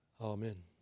Amen